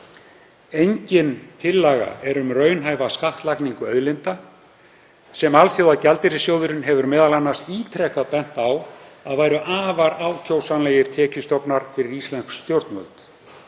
Engin tillaga er um raunhæfa skattlagningu auðlinda, sem Alþjóðagjaldeyrissjóðurinn hefur meðal annars ítrekað bent á að væru afar ákjósanlegir tekjustofnar fyrir íslensk stjórnvöld,